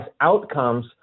outcomes